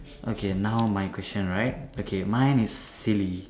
okay now my question right okay mine is silly